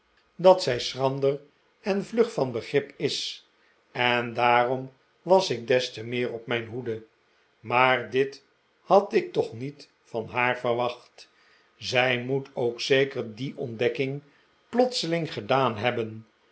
dat zij schrander en vlug van begrip is en daarom was ik des te meer op mijn hoede maar dit had ik toch niet van haar verwacht zij moet ook zeker die ontdekking plotseling gedaan hebben